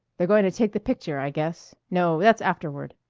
they're going to take the picture, i guess. no, that's afterward.